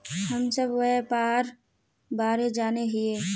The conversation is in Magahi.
हम सब व्यापार के बारे जाने हिये?